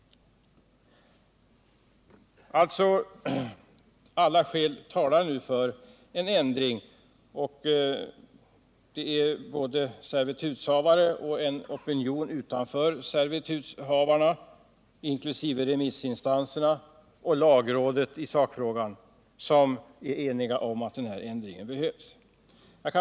Alla skäl talar alltså nu för en ändring. Både servitutshavarna och en opinion utanför servitutshavarnas krets, inkl. remissinstanserna och lagrådet, är eniga om att denna ändring behövs.